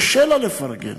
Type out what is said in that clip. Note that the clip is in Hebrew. קשה לה לפרגן?